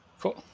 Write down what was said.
Cool